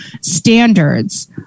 standards